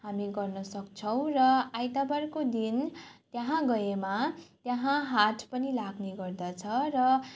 हामी गर्नसक्छौँ र आइतबारको दिन त्यहाँ गएमा त्यहाँ हाट पनि लाग्ने गर्दछ र